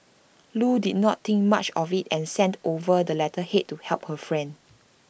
Loo did not think much of IT and sent over the letterhead to help her friend